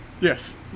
Yes